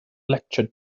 lecture